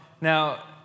Now